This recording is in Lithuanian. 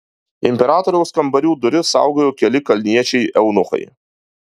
imperatoriaus kambarių duris saugojo keli kalniečiai eunuchai